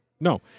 No